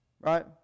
right